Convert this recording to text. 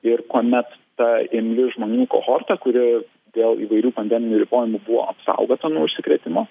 ir kuomet ta imli žmonių kohorta kuri dėl įvairių pandeminių ribojimų buvo apsaugota nuo užsikrėtimo